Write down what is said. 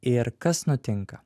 ir kas nutinka